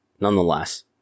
nonetheless